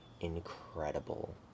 incredible